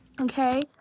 okay